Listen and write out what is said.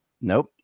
Nope